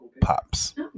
Pops